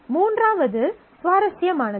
மூன்றாவது சுவாரஸ்யமானது